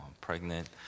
pregnant